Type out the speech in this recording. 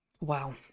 Wow